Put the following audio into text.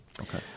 Okay